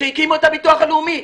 כשהקימו את הביטוח הלאומי.